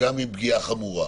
וגם עם פגעה חמורה.